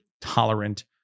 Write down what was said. tolerant